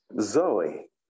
Zoe